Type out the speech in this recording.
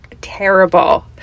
terrible